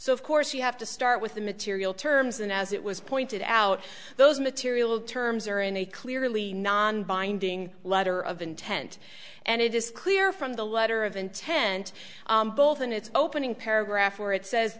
so of course you have to start with the material terms and as it was pointed out those material terms are in a clearly non binding letter of intent and it is clear from the letter of intent both in its opening paragraph where it says